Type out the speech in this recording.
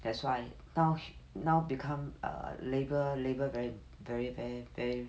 that's why now become a labour labour very very very very